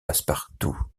passepartout